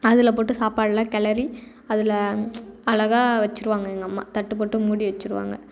அதில் போட்டு சாப்பாடெலாம் கிளறி அதில் அழகா வச்சிருவாங்க எங்கள் அம்மா தட்டு போட்டு மூடி வச்சிருவாங்க